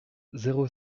zéro